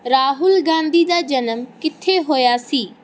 ਰਾਹੁਲ ਗਾਂਧੀ ਦਾ ਜਨਮ ਕਿੱਥੇ ਹੋਇਆ ਸੀ